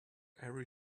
every